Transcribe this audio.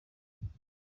nyuma